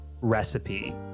recipe